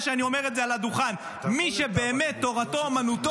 אני אומר את זה בפעם המאה על הדוכן: מי שבאמת תורתו אומנותו,